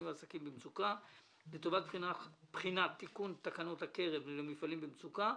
ועסקים במצוקה לטובת בחינת תיקון תקנות הקרן למפעלים במצוקה,